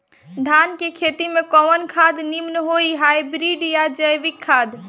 धान के खेती में कवन खाद नीमन होई हाइब्रिड या जैविक खाद?